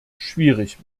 schwierig